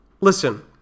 Listen